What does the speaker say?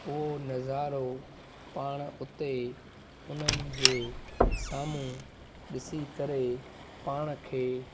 उहो नज़ारो पाण उते उन्हनि जे साम्हूं ॾिसी करे पाण खे